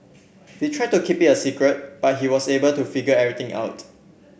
they tried to keep it a secret but he was able to figure everything out